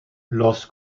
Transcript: los